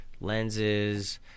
lenses